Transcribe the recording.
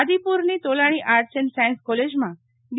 આદિપુરની Tolani arts and science કોલેજમાં બી